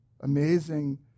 amazing